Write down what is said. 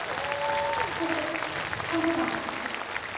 ᱦᱮᱸᱥᱮ ᱯᱷᱳᱱ ᱠᱚᱫᱚ ᱵᱟᱝ ᱞᱟᱜᱟᱜ ᱜᱮᱭᱟ